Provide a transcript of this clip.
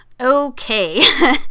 Okay